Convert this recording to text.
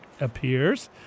appears